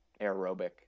aerobic